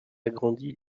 grandi